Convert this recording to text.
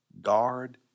Guard